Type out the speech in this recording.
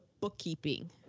bookkeeping